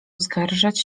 uskarżać